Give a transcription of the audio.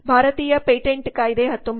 ಭಾರತೀಯ ಪೇಟೆಂಟ್ ಕಾಯ್ದೆ 1970